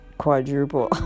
Quadruple